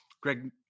Greg